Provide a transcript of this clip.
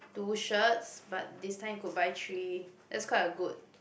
two shirts but this time could buy three that's quite a good